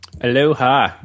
Aloha